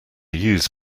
use